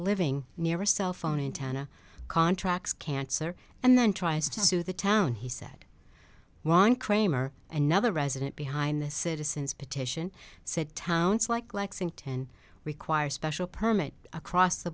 living near a cellphone in tanna contracts cancer and then tries to sue the town he said won kramer another resident behind the citizen's petition said towns like lexington require special permit across the